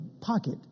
pocket